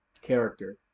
character